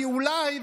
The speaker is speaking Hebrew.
כי אולי,